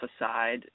aside